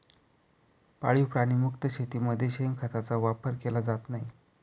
पाळीव प्राणी मुक्त शेतीमध्ये शेणखताचा वापर केला जात नाही